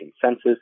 consensus